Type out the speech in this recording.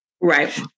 Right